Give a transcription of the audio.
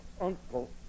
uncle